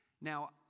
Now